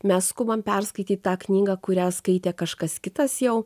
mes skubam perskaityt tą knygą kurią skaitė kažkas kitas jau